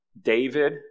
David